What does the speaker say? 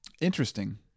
Interesting